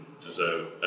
deserve